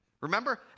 Remember